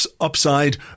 upside